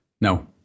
No